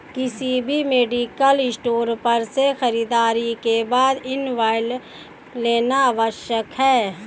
किसी भी medical store पर से खरीदारी के बाद इनवॉइस लेना आवश्यक है